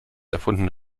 erfundene